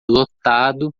lotado